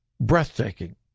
breathtaking